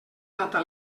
data